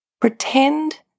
Pretend